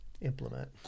implement